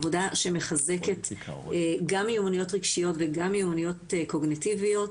עבודה שמחזקת גם מיומנויות רגשיות וגם מיומנויות קוגניטיביות,